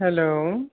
hello